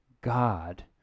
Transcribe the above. God